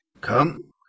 Come